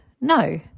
No